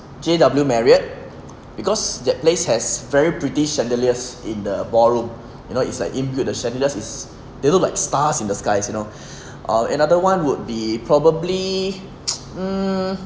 J_W marriott because that place has very pretty chandeliers in the bathroom you know it's like in built the chandeliers is little like stars in the skies you know um another one would be probably um